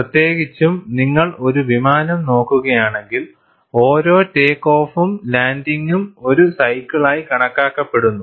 പ്രത്യേകിച്ചും നിങ്ങൾ ഒരു വിമാനം നോക്കുകയാണെങ്കിൽ ഓരോ ടേക്ക് ഓഫും ലാൻഡിംഗും ഒരു സൈക്കിളായി കണക്കാക്കപ്പെടുന്നു